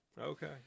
okay